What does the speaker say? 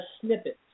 snippets